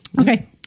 Okay